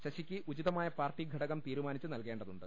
ശശിക്ക് ഉചിതമായ പാർട്ടി ഘടകം തീരുമാനിച്ച് നൽകേണ്ടതുണ്ട്